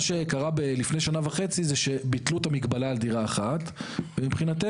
לפני שנה וחצי ביטלו את המגבלה על דירה אחת ומבחינתנו